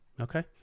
Okay